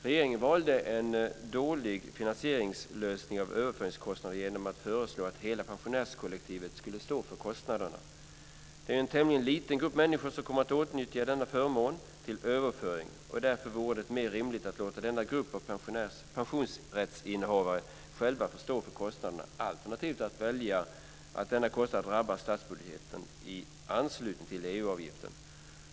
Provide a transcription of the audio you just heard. Regeringen valde en dålig finansieringslösning av överföringskostnaderna genom att föreslå att hela pensionärskollektivet skulle stå för kostnaderna. Det är en tämligen liten grupp människor som kommer att utnyttja denna förmån till överföring. Därför vore det rimligt att låta denna grupp av pensionsrättsinnehavare själva stå för kostnaderna, alternativt att välja att denna kostnad drabbar statsbudgeten i anslutning till EU-avgiften.